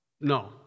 No